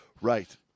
Right